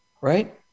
right